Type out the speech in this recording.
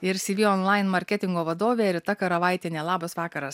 ir cv onlain marketingo vadovė rita karavaitienė labas vakaras